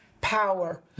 power